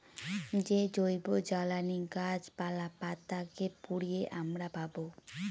যে জৈবজ্বালানী গাছপালা, পাতা কে পুড়িয়ে আমরা পাবো